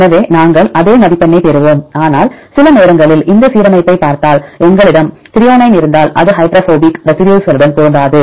எனவே நாங்கள் அதே மதிப்பெண்ணைப் பெறுவோம் ஆனால் சில நேரங்களில் இந்த சீரமைப்பைப் பார்த்தால் எங்களிடம் த்ரோயோனைன் இருந்தால் அது ஹைட்ரோபோபிக் ரெசிடியூஸ்களுடன் பொருந்தாது